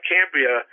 Cambria